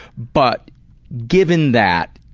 but given that,